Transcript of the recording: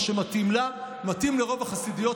מה שמתאים לה מתאים לרוב החסידויות.